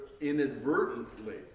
inadvertently